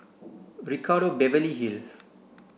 Ricardo Beverly Hills